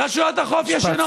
רשויות החוק ישנות.